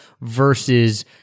versus